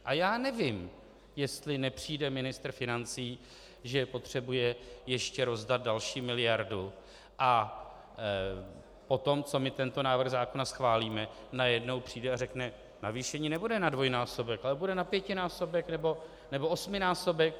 A já nevím, jestli nepřijde ministr financí, že potřebuje rozdat ještě další miliardu, a poté, co my návrh zákona schválíme, najednou přijde a řekne navýšení nebude na dvojnásobek, ale bude na pětinásobek nebo osminásobek.